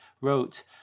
wrote